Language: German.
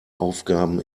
aufgaben